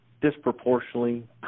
disproportionately